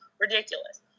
Ridiculous